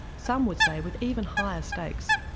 some would say with even higher stakes.